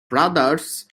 brothers